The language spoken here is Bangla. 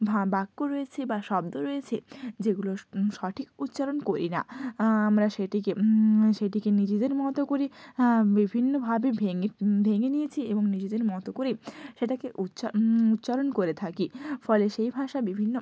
বাক্য রয়েছে বা শব্দ রয়েছে যেগুলোর সঠিক উচ্চারণ করি না আমরা সেটিকে সেটিকে নিজেদের মতো করে বিভিন্নভাবে ভেঙে ভেঙে নিয়েছি এবং নিজেদের মতো করে সেটাকে উচ্চারণ উচ্চারণ করে থাকি ফলে সেই ভাষা বিভিন্ন